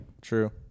true